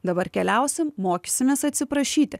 dabar keliausim mokysimės atsiprašyti